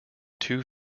two